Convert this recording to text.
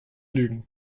lügen